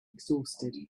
exhausted